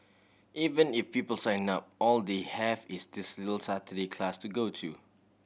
even if people sign up all they have is this little Saturday class to go to